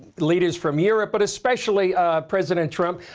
leaders from europe, but especially president trump.